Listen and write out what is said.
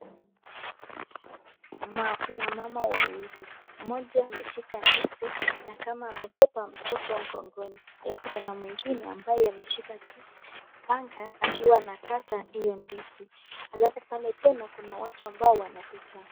Kuna mama wawili. Mmoja ameshika ndizi na kama amebeba mtoto mgongoni. Alafu, kuna mwengine ambaye ameshika panga akiwa anakata hiyo ndizi. Alafu pale tena, kuna watu ambao wanapita.